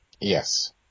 Yes